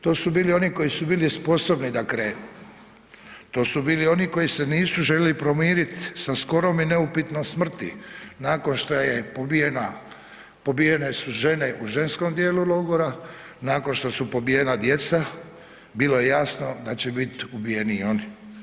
To su bili oni koji su bili sposobni da krenu, to su bili oni koji se nisu željeli pomirit sa skorom i neupitnom smrti nakon šta je pobijena, pobijene su žene u ženskom djelu logora, nakon što su pobijena djeca, bilo je jasno da će bit ubijeni i oni.